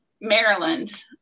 Maryland